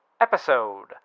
episode